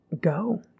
go